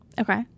Okay